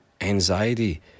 anxiety